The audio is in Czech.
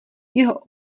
jeho